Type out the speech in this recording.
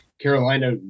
Carolina